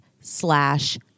slash